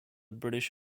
british